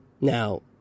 Now